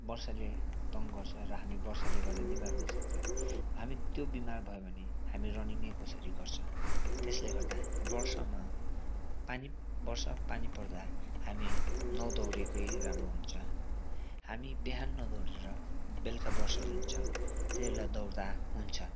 वर्षाले तङ गर्छ र हामी वर्षाले गर्दा बिमार हुनुसक्छ हामी त्यो बिमार भयो भने हामी रनिङै कसरी गर्छ त्यसले गर्दा वर्षामा पानी वर्षा पानी पर्दा हामी नदौडिएकै राम्रो हुन्छ हामी बिहान नदौडिएर बेलुका वर्षा रहन्छ त्यति बेला दौडदा हुन्छ